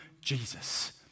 Jesus